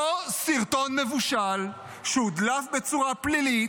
אותו סרטון מבושל, שהודלף בצורה פלילית,